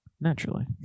Naturally